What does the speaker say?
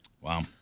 Wow